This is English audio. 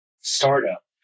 startup